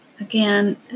Again